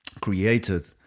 created